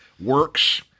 works